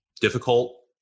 Difficult